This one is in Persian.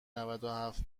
نودوهفت